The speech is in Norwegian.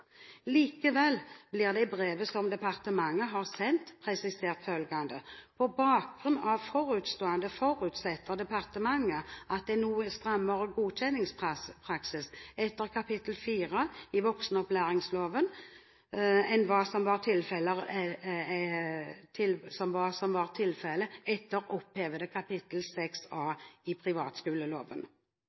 Likevel blir det i brevet som departementet har sendt, presisert følgende: På bakgrunn av forutstående forutsetter departementet en noe strammere godkjenningspraksis etter kapittel 4 i voksenopplæringsloven enn hva som var tilfellet etter opphevede kapittel 6A i privatskoleloven. Rett før jul i 2011 fikk ACTA bibelskole, som